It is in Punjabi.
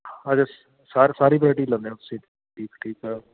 ਅੱਛਾ ਸਾਰ ਸਾਰੀ ਵਰੈਟੀ ਲੈਂਦੇ ਤੁਸੀਂ ਠੀਕ ਠੀਕ ਆ